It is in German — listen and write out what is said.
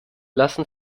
lassen